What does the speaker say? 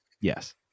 yes